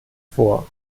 vor